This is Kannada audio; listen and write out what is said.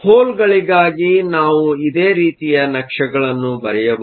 ಹೋಲ್ಗಳಿಗಾಗಿ ನಾವು ಇದೇ ರೀತಿಯ ನಕ್ಷೆಗಳನ್ನು ಬರೆಯಬಹುದು